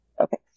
Okay